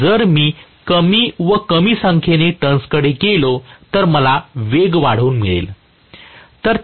तर जर मी कमी व कमी संख्येने टर्न्स कडे गेलो तर मला वेग वाढवून मिळेल